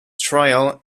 trial